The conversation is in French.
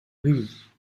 rues